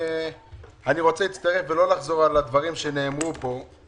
אני רוצה להצטרף ולא לחזור על הדברים שנאמרו פה.